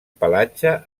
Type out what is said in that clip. pelatge